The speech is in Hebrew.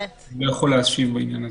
אני לא יכול להשיב בעניין הזה.